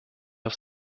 auf